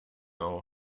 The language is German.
auf